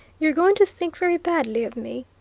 you're going to think very badly of me,